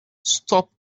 stop